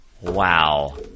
Wow